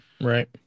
Right